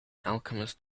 alchemist